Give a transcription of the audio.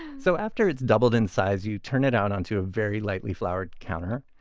so after it's doubled in size you turn it out onto a very lightly floured counter.